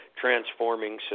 transforming